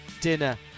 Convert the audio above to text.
dinner